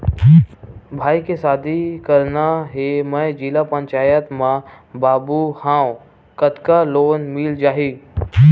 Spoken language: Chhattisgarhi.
भाई के शादी करना हे मैं जिला पंचायत मा बाबू हाव कतका लोन मिल जाही?